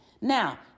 Now